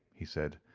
he said.